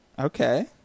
Okay